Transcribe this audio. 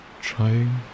trying